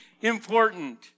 important